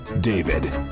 David